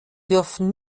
dürfen